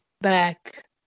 back